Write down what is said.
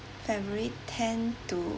february ten to